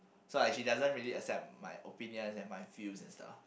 so like she doesn't really accept my opinions and my feels and stuff